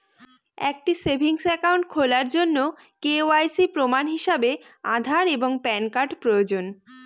একটি savings account খোলার জন্য কে.ওয়াই.সি প্রমাণ হিসাবে আধার এবং প্যান কার্ড প্রয়োজন